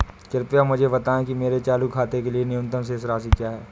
कृपया मुझे बताएं कि मेरे चालू खाते के लिए न्यूनतम शेष राशि क्या है?